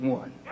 one